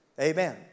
Amen